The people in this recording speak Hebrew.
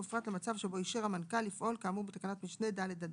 ובפרט למצב שבו אישר המנכ"ל לפעול כאמור בתקנת משנה (ד) ו-(ה):